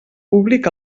públic